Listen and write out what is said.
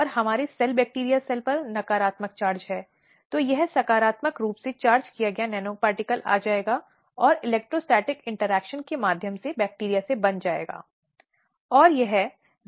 इसलिए rape case में medical test और मेडिकल सबूत बहुत निर्णायक और महत्वपूर्ण हैं